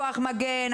כוח מגן,